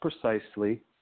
precisely